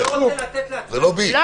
אני לא רוצה לתת לעצמנו מחמאות,